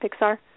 Pixar